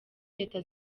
reta